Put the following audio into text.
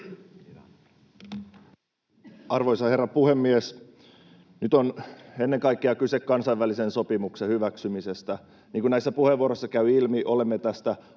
Arvoisa herra puhemies! Nyt on ennen kaikkea kyse kansainvälisen sopimuksen hyväksymisestä. Niin kuin näistä puheenvuoroista kävi ilmi, olemme tästä